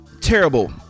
terrible